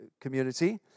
community